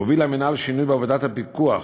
המינהל מוביל שינוי בעבודת הפיקוח